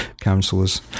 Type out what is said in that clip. councillors